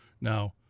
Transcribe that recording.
now